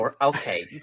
Okay